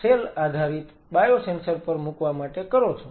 cell આધારિત biosensor પર મૂકવા માટે કરો છો